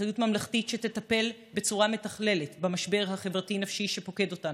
אחריות ממלכתית שתטפל בצורה מתכללת במשבר החברתי-נפשי שפוקד אותנו,